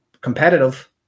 competitive